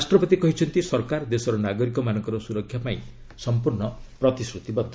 ରାଷ୍ଟ୍ରପତି କହିଛନ୍ତି ସରକାର ଦେଶର ନାଗରିକମାନଙ୍କର ସ୍ତରକ୍ଷା ପାଇଁ ସମ୍ପର୍ଶ୍ଣ ପ୍ରତିଶ୍ରତିବଦ୍ଧ